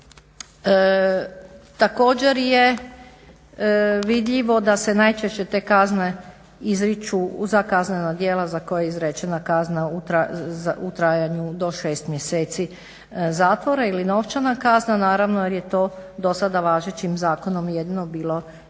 Također je vidljivo da se najčešće te kazne izriču za kaznena djela za koje je izrečena kazna u trajanju do 6 mjeseci zatvora ili novčana kazna, naravno jer je to do sada važećim zakonom jedino bilo